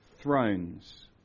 thrones